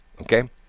okay